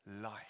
life